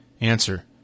Answer